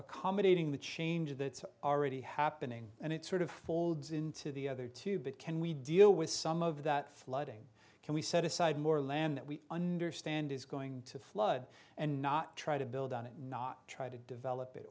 accommodating the change that's already happening and it sort of folds into the other two but can we deal with some of that flooding can we set aside more land that we understand is going to flood and not try to build on it not try to develop it